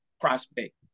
prospect